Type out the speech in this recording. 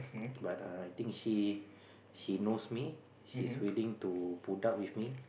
but err I think he he knows me he's willing to put up with me